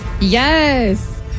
Yes